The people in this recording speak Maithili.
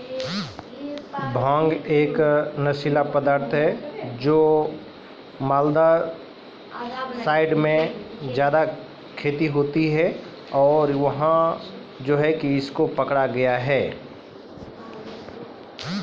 भांगो केरो खेती मालदा म भी पकड़लो गेलो छेलय